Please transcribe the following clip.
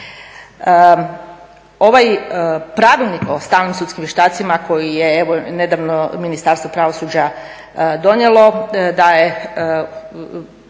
Ovaj pravilnik o stalnim sudskim vještacima koji je evo nedavno Ministarstvo pravosuđa donijelo daje